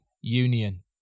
union